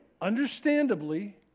understandably